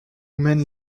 mènent